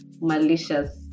malicious